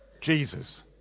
Jesus